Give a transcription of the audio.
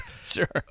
Sure